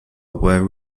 were